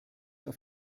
auf